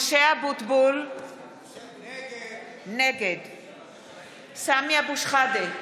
משה אבוטבול, נגד סמי אבו שחאדה,